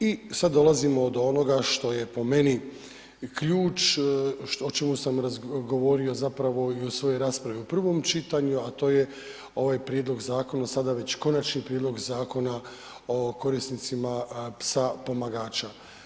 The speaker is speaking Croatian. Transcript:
I sad dolazimo do onoga što je po meni ključ, o čemu sam govorio zapravo i u svojoj raspravi u prvom čitanju a to je ovaj prijedlog zakona sada već Konačni prijedlog zakona o korisnicima psa pomagača.